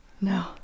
No